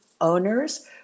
owners